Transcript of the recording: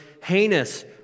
heinous